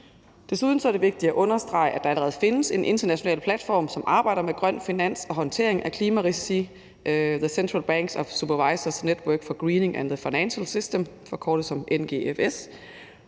Desuden er det vigtigt at understrege, at der allerede findes en international platform, som arbejder med grøn finans og håndtering af klimarisici, Central Banks and Supervisors Network for Greening the Financial System, forkortet NGFS.